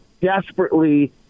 desperately